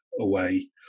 away